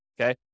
Okay